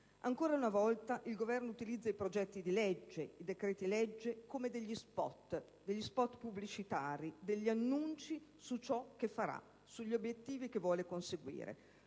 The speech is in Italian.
Ancora una volta il Governo utilizza i progetti di legge e i decreti-legge come *spot* pubblicitari, annunci su ciò che farà, sugli obiettivi che vuole conseguire;